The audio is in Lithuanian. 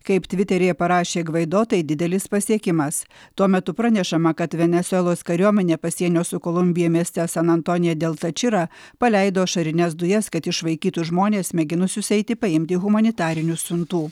kaip tviteryje parašė gvaidotai didelis pasiekimas tuo metu pranešama kad venesuelos kariuomenė pasienio su kolumbija mieste san antonija del tačira paleido ašarines dujas kad išvaikytų žmones mėginusius eiti paimti humanitarinių siuntų